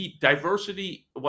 diversity